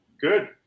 Good